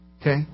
Okay